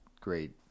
great